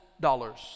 dollars